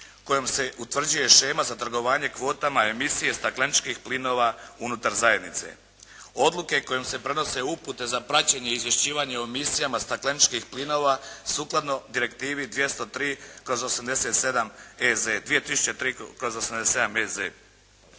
kojom se utvrđuje shema za trgovanje kvotama emisije stakleničkih plinova unutar zajednice. Odluke kojom se prenose upute za praćenje i izvješćivanje o emisijama stakleničkih plinova sukladno direktivi 2003/87 EZ.